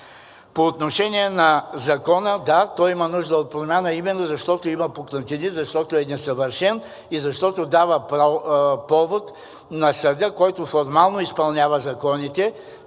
По отношение на Закона, да, той има нужда от промяна, именно защото има пукнатини, защото е несъвършен и защото дава повод на съда, който формално изпълнява законите.